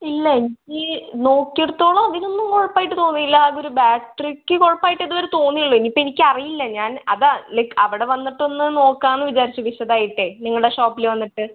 ഇല്ല എനിക്ക് നോക്കിയിടത്തോളം അതിനൊന്നും കുഴപ്പമായിട്ട് തോന്നിയില്ല ആകെ ഒരു ബാറ്റ്റിക്ക് കുഴപ്പമായിട്ട് ഇതുവെരെ തോന്നിയുള്ളൂ ഇന്നിപ്പം എനിക്കറിയില്ല ഞാൻ അതാണ് ലൈക് അവിടെ വന്നിട്ടൊന്ന് നോക്കാമെന്ന് വിചാരിച്ചു വിശദമായിട്ടേ നിങ്ങളുടെ ഷോപ്പിൽ വന്നിട്ട്